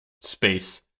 space